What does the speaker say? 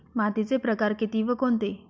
मातीचे प्रकार किती व कोणते?